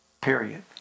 Period